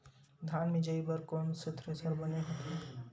धान मिंजई बर कोन से थ्रेसर बने होथे?